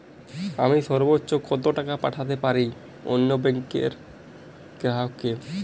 আমি সর্বোচ্চ কতো টাকা পাঠাতে পারি অন্য ব্যাংকের গ্রাহক কে?